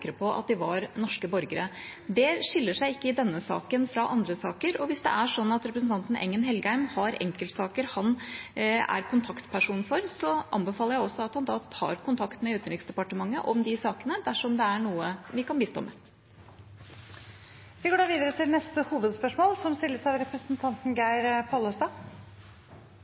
på at de var norske borgere. Det skiller seg ikke i denne saken fra andre saker. Hvis det er sånn at representanten Engen-Helgheim har enkeltsaker han er kontaktperson for, anbefaler jeg at han tar kontakt med Utenriksdepartementet om de sakene, dersom det er noe vi kan bistå med. Vi går videre til neste hovedspørsmål.